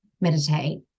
meditate